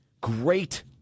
Great